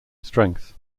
strength